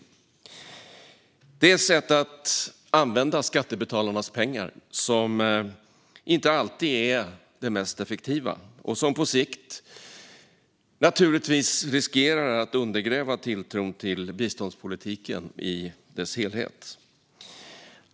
Det är ett sätt att använda skattebetalarnas pengar som inte alltid är det mest effektiva och som på sikt naturligtvis riskerar att undergräva tilltron till biståndspolitiken i dess helhet.